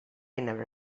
never